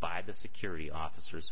by the security officers